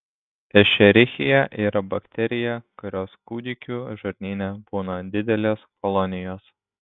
ešerichija yra bakterija kurios kūdikių žarnyne būna didelės kolonijos